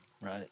right